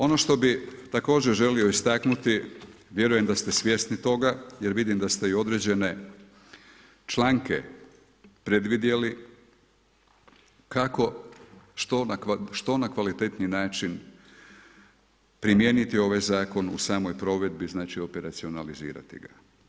Ono što bih također želio istaknuti, vjerujem da ste svjesni toga jer vidim da ste i određene članke predvidjeli, kako što na kvalitetniji način primijeniti ovaj Zakon u samoj provedbi znači, operacionalizirati ga.